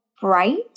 bright